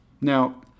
Now